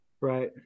Right